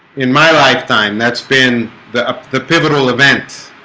in my lifetime that's been the ah the pivotal event